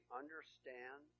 understand